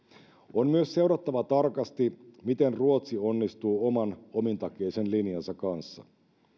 on myös seurattava tarkasti miten ruotsi onnistuu oman omintakeisen linjansa kanssa